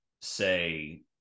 say